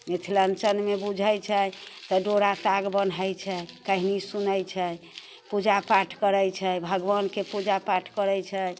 मिथिलाञ्चलमे बुझै छै तऽ डोरा ताग बन्है छै कहानी सुनै छै पूजापाठ करै छै भगवानके पूजापाठ करै छै